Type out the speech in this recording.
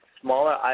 smaller